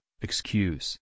Excuse